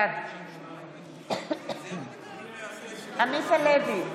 בעד עמית הלוי,